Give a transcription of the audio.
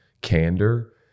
candor